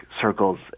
circles